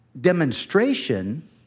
demonstration